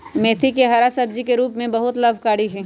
मेथी हरा सब्जी के रूप में बहुत लाभकारी हई